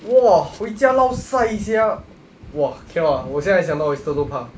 !wah! 回家 lao sai sia !wah! cannot ah 我现在想到 oyster 都怕